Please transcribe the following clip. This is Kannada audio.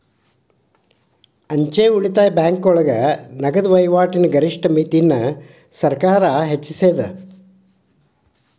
ಅಂಚೆ ಉಳಿತಾಯ ಬ್ಯಾಂಕೋಳಗ ನಗದ ವಹಿವಾಟಿನ ಗರಿಷ್ಠ ಮಿತಿನ ಸರ್ಕಾರ್ ಹೆಚ್ಚಿಸ್ಯಾದ